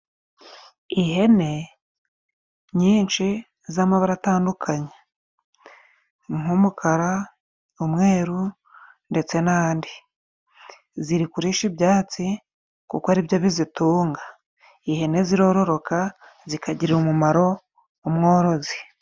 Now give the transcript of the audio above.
Ihene nyinshi z'amabara atandukanye nk'umukara, umweru ndetse n'andi ziri kurisha ibyatsi kuko ari byo bizitunga, ihene zirororoka zikagira umumaro umworozi.